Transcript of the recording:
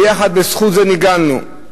ביחד, בזכות זה נגאלנו.